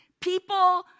People